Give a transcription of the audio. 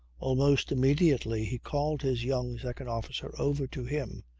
almost immediately he called his young second officer over to him.